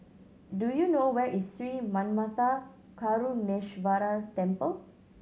do you know where is Sri Manmatha Karuneshvarar Temple